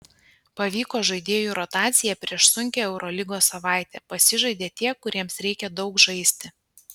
pavyko žaidėjų rotacija prieš sunkią eurolygos savaitę pasižaidė tie kuriems reikia daug žaisti